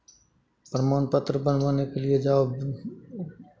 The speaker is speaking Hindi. प्रमाण पत्र बनवाने के लिए जाओ